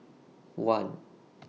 one